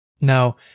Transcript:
Now